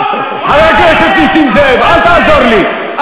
חבר הכנסת נסים זאב, אל תעזור לי.